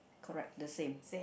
correct the same